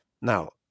Now